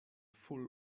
full